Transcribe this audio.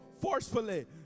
forcefully